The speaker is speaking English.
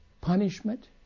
punishment